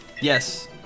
Yes